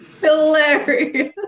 hilarious